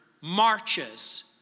marches